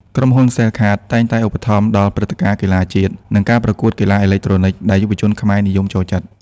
ក្រុមហ៊ុន សែលកាត (Cellcard) តែងតែឧបត្ថម្ភដល់ព្រឹត្តិការណ៍កីឡាជាតិ និងការប្រកួតកីឡាអេឡិចត្រូនិកដែលយុវជនខ្មែរនិយមចូលចិត្ត។